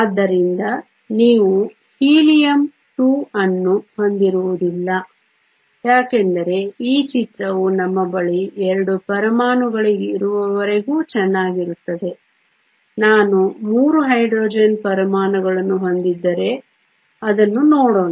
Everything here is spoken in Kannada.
ಆದ್ದರಿಂದ ನೀವು ಹೀಲಿಯಂ 2 ಅನ್ನು ಹೊಂದಿರುವುದಿಲ್ಲ ಯಾಕೆಂದರೆ ಈ ಚಿತ್ರವು ನಮ್ಮ ಬಳಿ 2 ಪರಮಾಣುಗಳಿರುವವರೆಗೂ ಚೆನ್ನಾಗಿರುತ್ತದೆ ನಾನು 3 ಹೈಡ್ರೋಜನ್ ಪರಮಾಣುಗಳನ್ನು ಹೊಂದಿದ್ದರೆ ಅದನ್ನು ನೋಡೋಣ